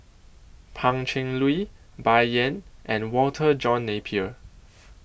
Pan Cheng Lui Bai Yan and Walter John Napier